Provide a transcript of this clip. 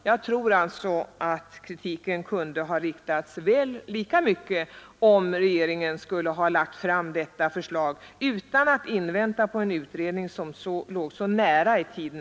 Jag tror alltså att kritiken kunde ha framförts från reservanterna även om regeringen lagt fram detta förslag utan att invänta en utredning, som låg så nära i tiden.